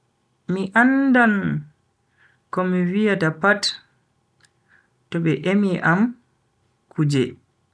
Mi andan komi viyata pat to be emi am kuje.